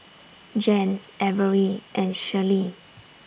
Jens Averi and Shirley